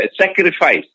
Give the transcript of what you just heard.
sacrifice